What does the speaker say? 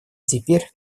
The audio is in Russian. теперь